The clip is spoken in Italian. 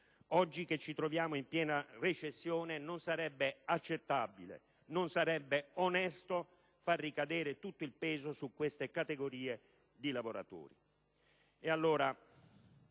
Oggi che ci troviamo in piena recessione non sarebbe accettabile, non sarebbe onesto far ricadere tutto il peso su queste categorie di lavoratori.